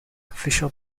official